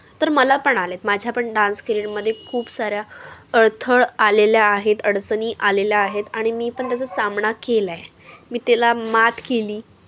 तर मला पण आले आहेत माझ्या पण डान्स करिअरमध्ये खूप साऱ्या अडथळे आलेल्या आहेत अडचणी आलेल्या आहेत आणि मी पण त्याचा सामना केला आहे मी त्याला मात केली